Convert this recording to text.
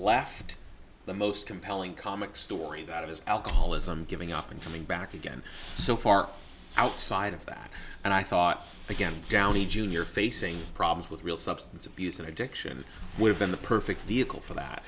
left the most compelling comic story that is alcoholism giving up and coming back again so far outside of that and i thought again downey jr facing problems with real substance abuse and addiction we've been the perfect vehicle for that